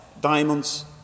diamonds